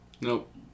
Nope